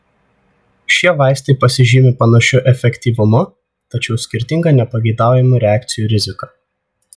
šie vaistai pasižymi panašiu efektyvumu tačiau skirtinga nepageidaujamų reakcijų rizika